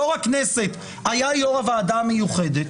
יושב ראש הכנסת היה יושב ראש הוועדה המיוחדת